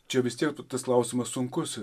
čia vis tiek tas klausimas sunkus